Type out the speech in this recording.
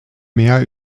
meer